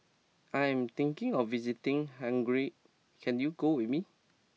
I am thinking of visiting Hungary can you go with me